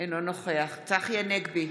אינו נוכח צחי הנגבי,